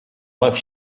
left